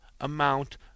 amount